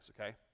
okay